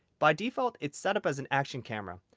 by default it's setup as an action camera.